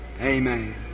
Amen